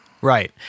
Right